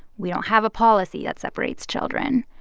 we don't have a policy that separates children,